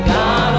God